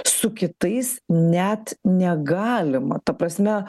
su kitais net negalima ta prasme